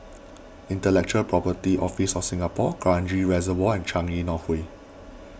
Intellectual Property Office of Singapore Kranji Reservoir and Changi North Way